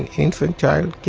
and infant child